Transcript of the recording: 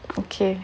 okay